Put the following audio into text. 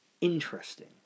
interesting